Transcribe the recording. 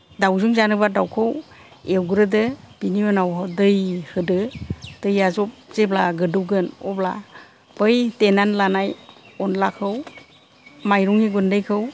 दाउजों जानोबा दाउखौ एवग्रोदो बिनि उनाव दै होदो दैया जब जेब्ला गोदौगोन अब्ला बै देनानै लानाय अनलाखौ माइरंनि गुन्दैखौ